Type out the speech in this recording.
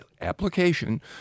application